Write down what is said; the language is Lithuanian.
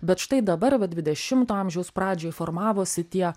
bet štai dabar va dvidešimto amžiaus pradžioj formavosi tie